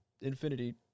infinity